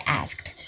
asked